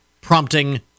prompting